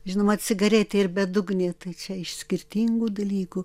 žinoma cigaretė ir bedugnė tai čia iš skirtingų dalykų